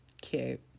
Cute